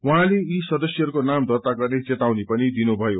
उहाँले यी सदस्यहरूको नाम दर्ता गर्ने चेतावनी पनि दिनुभयो